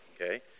Okay